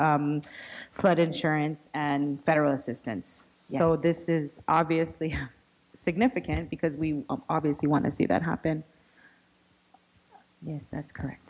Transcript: flood insurance and federal assistance you know this is obviously significant because we obviously want to see that happen yes that's correct